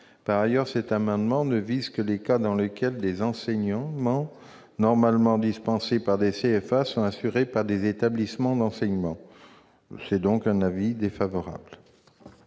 Par ailleurs, cet amendement ne vise que les cas dans lesquels des enseignements normalement dispensés par des CFA sont assurés par des établissements d'enseignement. La commission est donc défavorable